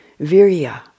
virya